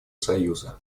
союза